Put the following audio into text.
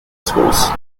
schools